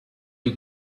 you